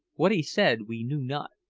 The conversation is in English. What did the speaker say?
what he said we knew not,